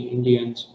Indians